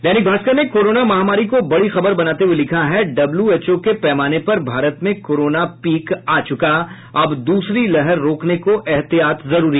दैनिक भास्कर ने कोरोन महामारी को बड़ी खबर बनाते हुये लिखा है डब्ल्यूएचओ के पैमाने पर भारत में कोरोना पीक आ चुका अब दूसरी लहर रोकने को एहतियात जरूरी